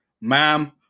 Ma'am